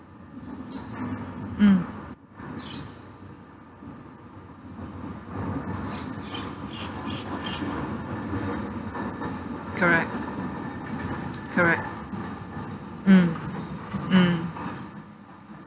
mm correct correct mm mm